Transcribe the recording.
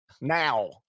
now